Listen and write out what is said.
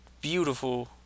beautiful